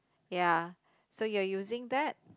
ya so you're using that